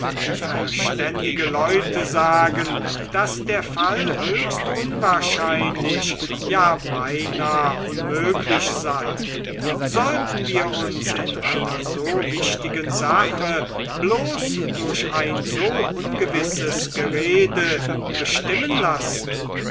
verständige leute sagen daß der fall höchst unwahrscheinlich ja beinah unmöglich sei sollten wir uns in einer so wichtigen sache bloß durch ein so ungewisses gerede bestimmen lassen